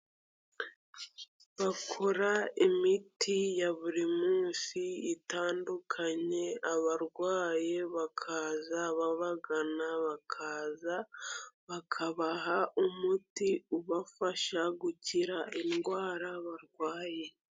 Bakora imiti ya buri munsi itandukanye, abarwaye bakaza babagana bakaza bakabaha umuti ubafasha gukira indwara barwaye.